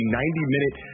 90-minute